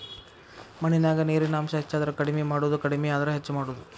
ಮಣ್ಣಿನ್ಯಾಗ ನೇರಿನ ಅಂಶ ಹೆಚಾದರ ಕಡಮಿ ಮಾಡುದು ಕಡಮಿ ಆದ್ರ ಹೆಚ್ಚ ಮಾಡುದು